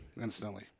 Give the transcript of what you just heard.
instantly